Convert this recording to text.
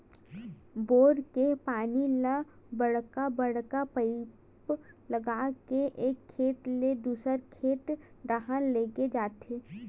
bore के पानी ल बड़का बड़का पाइप लगा के एक खेत ले दूसर खेत डहर लेगे जाथे